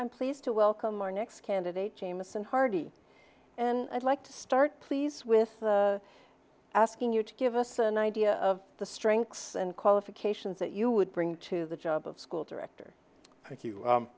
i'm pleased to welcome our next candidate jamison hardy and i'd like to start please with asking you to give us an idea of the strengths and qualifications that you would bring to the job of school director